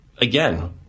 Again